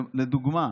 לדוגמה,